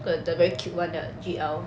got the very cute [one] the G_L